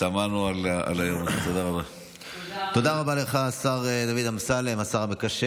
תודה רבה לך, השר דוד אמסלם, השר המקשר.